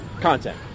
content